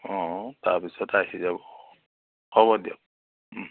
অঁ তাপিছত আহি যাব হ'ব দিয়ক